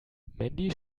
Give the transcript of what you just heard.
mandy